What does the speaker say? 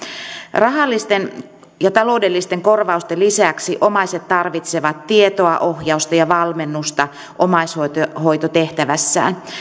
rahallisten ja taloudellisten korvausten lisäksi omaiset tarvitsevat tietoa ohjausta ja valmennusta omaishoitotehtävässään